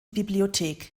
bibliothek